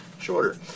shorter